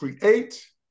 create